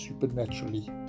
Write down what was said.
supernaturally